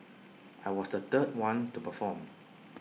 I was the third one to perform